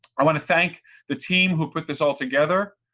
i want to thank the team who put this all together.